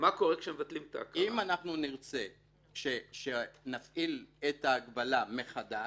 אם נרצה להפעיל את ההגבלה מחדש,